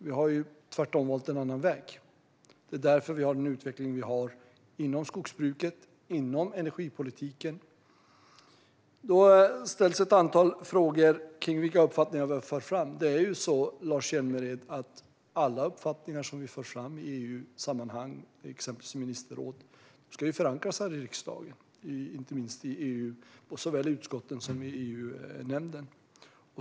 Vi har tvärtom valt en annan väg. Det är därför vi har den utveckling vi har inom skogsbruket och inom energipolitiken. Det ställs ett antal frågor om de uppfattningar vi har fört fram. Det är ju så, Lars Hjälmered, att alla uppfattningar som vi för fram i EU-sammanhang, exempelvis i ministerrådet, ska förankras här i riksdagen, såväl i utskotten som i EU-nämnden.